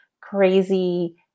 crazy